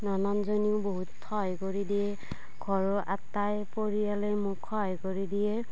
ননন্দজনীও বহুত সহায় কৰি দিয়ে ঘৰৰ আটাই পৰিয়ালে মোক সহায় কৰি দিয়ে